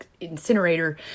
incinerator